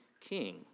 king